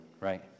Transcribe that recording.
right